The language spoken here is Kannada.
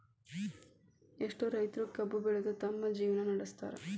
ಎಷ್ಟೋ ರೈತರು ಕಬ್ಬು ಬೆಳದ ತಮ್ಮ ಜೇವ್ನಾ ನಡ್ಸತಾರ